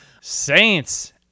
Saints